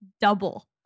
double